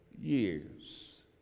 years